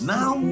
Now